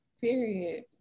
Period